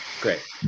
Great